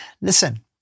Listen